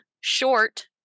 short